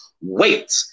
wait